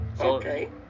okay